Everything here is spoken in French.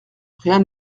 rien